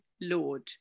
Lord